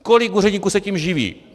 Kolik úředníků se tím živí?